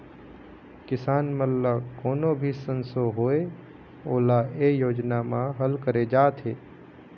किसान मन ल कोनो भी संसो होए ओला ए योजना म हल करे जाथे